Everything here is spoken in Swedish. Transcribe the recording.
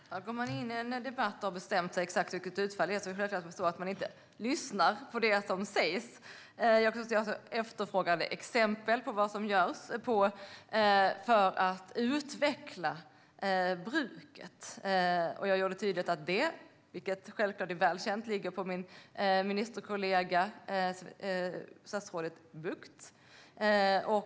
Herr talman! Går man in i en debatt och har bestämt sig exakt för vilket utfallet ska bli förstår jag att man inte lyssnar på det som sägs. Jonas Jacobsson Gjörtler efterfrågade exempel på vad som görs för att utveckla bruket, och jag gjorde tydligt att det, vilket är väl känt, ligger på min ministerkollega statsrådet Buchts bord.